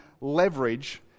leverage